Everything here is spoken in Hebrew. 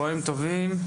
צוהריים טובים,